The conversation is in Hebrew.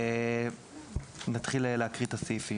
33.תיקון חוק שירות מידע פיננסי בחוק שירות מידע פיננסי,